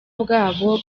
bwabo